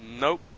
nope